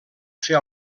fer